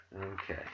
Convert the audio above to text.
Okay